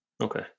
Okay